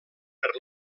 per